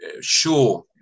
sure